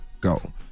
go